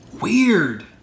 Weird